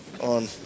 on